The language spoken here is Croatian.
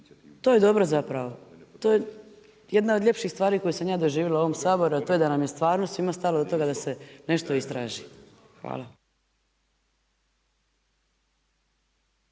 to je dobro zapravo. To je jedna od ljepših stvari koje sam ja doživjela u ovom Saboru, a to je da nam je stvarno svim stalo do toga da se nešto istraži. Hvala.